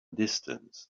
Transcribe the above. distance